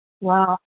Wow